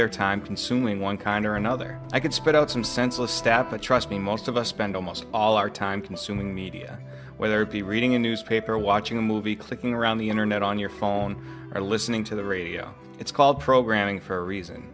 their time consuming one kind or another i could spit out some senseless stat but trust me most of us spend almost all our time consuming media whether it be reading a newspaper or watching a movie clicking around the internet on your phone or listening to the radio it's called programming for a reason